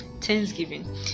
thanksgiving